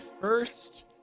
first